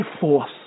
force